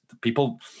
People